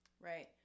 right